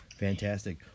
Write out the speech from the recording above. Fantastic